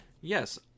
Yes